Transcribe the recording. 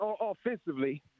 offensively